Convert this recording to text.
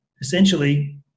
essentially